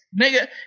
nigga